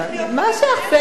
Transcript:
מה שייך פייגלין?